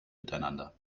miteinander